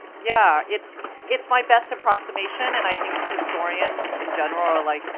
yeah, it's it's my best approximation, and i think historians in general are like,